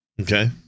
Okay